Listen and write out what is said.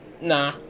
Nah